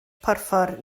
porffor